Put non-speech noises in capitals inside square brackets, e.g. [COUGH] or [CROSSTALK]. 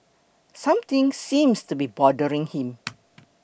something seems to be bothering him [NOISE]